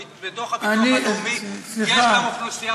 בדוח הביטוח הלאומי נכללות גם אוכלוסייה